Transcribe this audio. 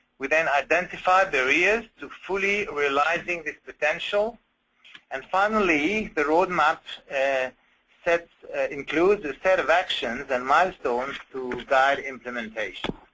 we then identify the areas to fully realizing this potential and finally the roadmap and sets include a set of actions and milestones to guide implementation.